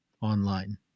online